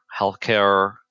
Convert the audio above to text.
healthcare